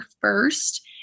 first